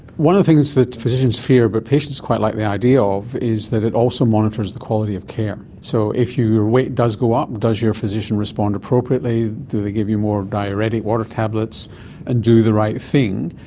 one of the things that physicians fear but patients quite like the idea of is that it also monitors the quality of care. so if your weight does go up, does your physician respond appropriately, do they give you more diuretic water tablets and do the right thing?